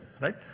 right